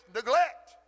neglect